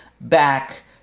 back